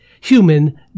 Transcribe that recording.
human